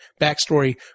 backstory